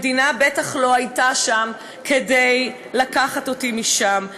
המדינה בטח לא הייתה שם כדי לקחת אותי משם.